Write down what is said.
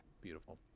beautiful